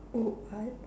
oh what